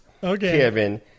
Kevin